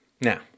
Now